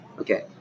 Okay